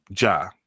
Ja